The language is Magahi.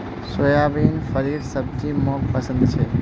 सोयाबीन फलीर सब्जी मोक पसंद छे